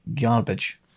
garbage